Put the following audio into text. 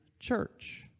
church